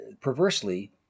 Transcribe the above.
perversely